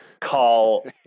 Call